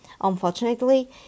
Unfortunately